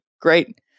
great